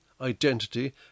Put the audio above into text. identity